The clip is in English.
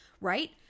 right